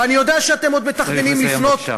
ואני יודע שאתם עוד מתכננים, צריך לסיים, בבקשה.